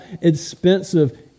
expensive